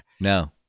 no